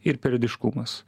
ir periodiškumas